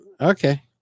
Okay